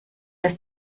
das